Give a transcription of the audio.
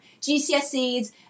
GCSEs